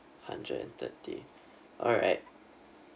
hundred and thirty alright